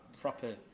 proper